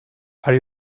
are